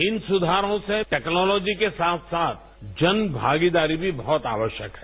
इन सुधारों से टेक्नोलॉजी के साथ साथ जन भागीदारी भी बहत आवश्यक है